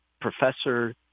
professor